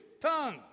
tongue